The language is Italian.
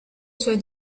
suoi